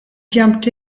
jumped